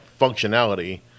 functionality